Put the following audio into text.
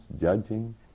judging